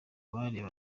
bari